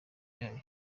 yayo